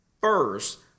First